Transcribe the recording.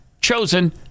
chosen